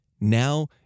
Now